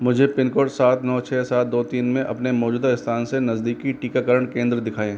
मुझे pin code सात नौ छः सात दो तीन में अपने मौजूदा स्थान से नज़दीकी टीकाकरण केंद्र दिखाएँ